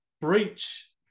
Breach